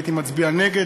הייתי מצביע נגד,